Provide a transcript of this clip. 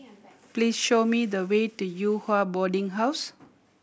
please show me the way to Yew Hua Boarding House